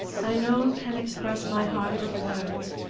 i no can express my heart with words.